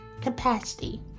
capacity